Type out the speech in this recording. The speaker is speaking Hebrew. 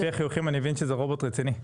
לפי החיוכים אני מבין שזה רובוט רציני.